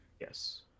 Yes